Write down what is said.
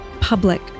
public